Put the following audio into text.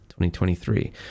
2023